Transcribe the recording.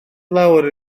lawr